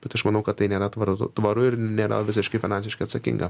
bet aš manau kad tai nėra tvartu tvaru ir nėra visiškai finansiškai atsakinga